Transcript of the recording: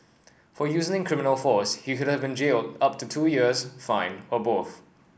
for using criminal force he could have been jailed up to two years fined or both